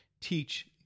teach